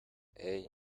hey